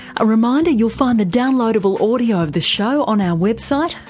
a reminder you'll find the downloadable audio of the show on our website,